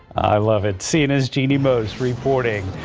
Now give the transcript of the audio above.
i love it, cnn's jeannie moos reporting.